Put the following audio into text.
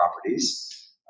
properties